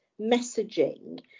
messaging